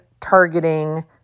targeting